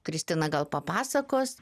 kristina gal papasakos